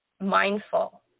mindful